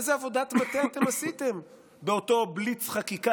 איזו עבודת מטה אתם עשיתם באותו בליץ חקיקה?